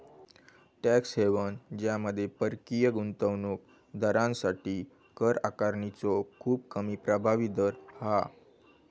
tax haven ज्यामध्ये परकीय गुंतवणूक दारांसाठी कर आकारणीचो खूप कमी प्रभावी दर हा